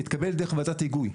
מתקבל דרך ועדת היגוי.